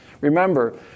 Remember